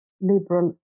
liberal